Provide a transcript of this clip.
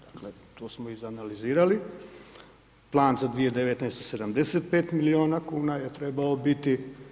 Dakle, to smo izanalizirali, plan za 2019. 75 milijuna kn je trebao biti.